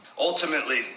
Ultimately